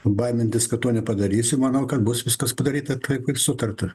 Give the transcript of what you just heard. baimintis kad to nepadarysim manau kad bus viskas padaryta taip kaip sutarta